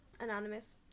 Anonymous